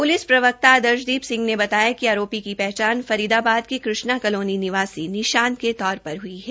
police प्रवक्ता श्री आदर्शदीप सिंह ने बताया कि आरोपी की पहचान फरीदाबाद के कृष्णा कालोनी निवासी निशांत के तौर पर हुई है